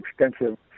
extensive